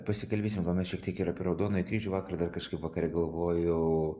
pasikalbėsim gal mes šiek tiek ir apie raudonąjį kryžių vakar dar kažkaip vakar galvojau